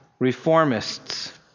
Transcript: reformists